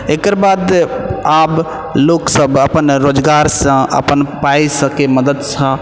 एकर बाद आब लोक सब अपन रोजगार सँ अपन पैसा सबके मदतिसँ